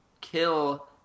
kill